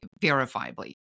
verifiably